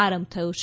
આરંભ થયો છે